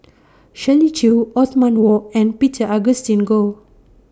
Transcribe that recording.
Shirley Chew Othman Wok and Peter Augustine Goh